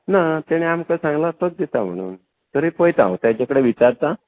ना ताणी तुमकां सांगलां तोच दिता म्हणून तरी पळयता हांव ताचे कडेन विचारतां